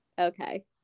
okay